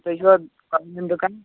تُۄہہِ چھُوا کۄنٛگہٕ دُکان